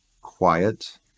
quiet